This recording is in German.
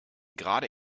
gerade